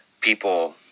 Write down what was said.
people